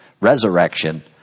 resurrection